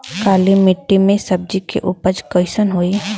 काली मिट्टी में सब्जी के उपज कइसन होई?